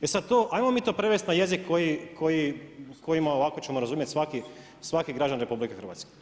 E sada to, ajmo mi to prevesti na jezik koji ima, ovako ćemo razumjeti svaki građanin RH.